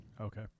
Okay